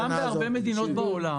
בהרבה מדינות בעולם